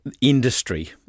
industry